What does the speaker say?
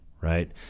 right